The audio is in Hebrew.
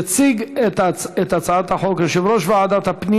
יציג את הצעת החוק יושב-ראש ועדת הפנים